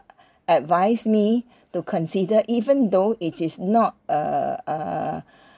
advise me to consider even though it is not uh uh